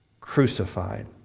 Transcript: crucified